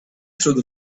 through